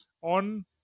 on